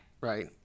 Right